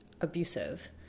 abusive